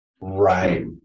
Right